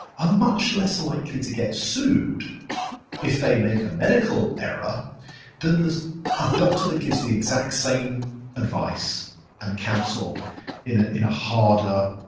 ah much less likely to get sued if they make a medical error than a doctor that gives the exact same advice and counsel in in a harder,